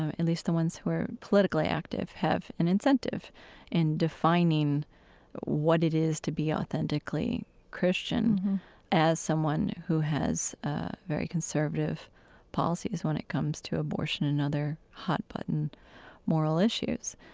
ah least the ones who are politically active, have an incentive in defining what it is to be authentically christian as someone who has very conservative policies when it comes to abortion and other hot-button moral issues.